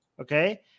okay